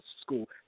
school